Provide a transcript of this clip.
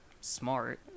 smart